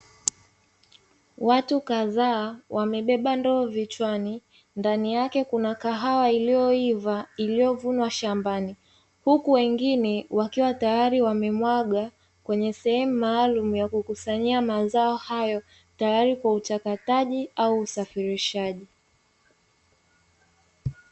Watu kadhaa wamebeba ndoo vichwani, ndani yake kuna kahawa iliyoiva iliovunwa shambani. Huku wengine wakiwa tayari wamemwaga kwenye sehemu maalumu ya kukusanyia mazao hayo, tayari kwa uchakataji au usafirishaji.